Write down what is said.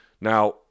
Now